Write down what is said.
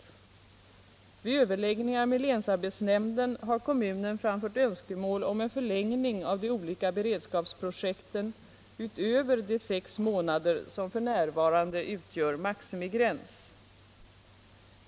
Vid överläggningar med länsarbetsnämnden har kommunen framfört önskemål om en förlängning av de olika beredskapsprojekten utöver de sex månader som f. n. utgör maximigräns.